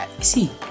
see